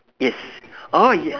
yes orh yeah